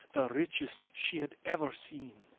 the richest she had ever seen.